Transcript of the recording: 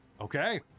Okay